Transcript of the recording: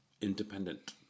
independent